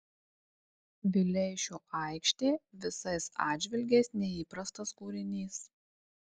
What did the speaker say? vileišio aikštė visais atžvilgiais neįprastas kūrinys